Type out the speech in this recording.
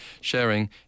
sharing